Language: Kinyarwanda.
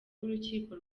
w’urukiko